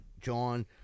John